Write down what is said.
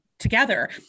together